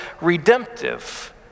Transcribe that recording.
redemptive